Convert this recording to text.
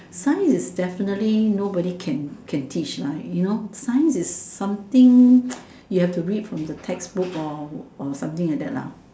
science is definitely nobody can can teach you know science is something you have to read from the textbook or or something like that